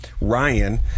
Ryan